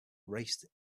raced